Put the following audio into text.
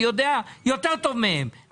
אני יודע יותר טוב מהם.